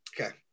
Okay